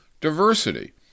diversity